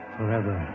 Forever